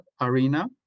arena